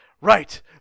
Right